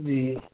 جی